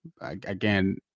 Again